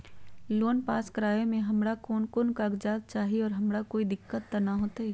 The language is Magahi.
लोन पास करवावे में हमरा कौन कौन कागजात चाही और हमरा कोई दिक्कत त ना होतई?